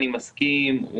אני מסכים,